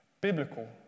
Biblical